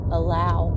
allow